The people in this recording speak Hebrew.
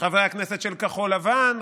חברי הכנסת של כחול לבן,